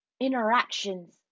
interactions